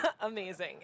Amazing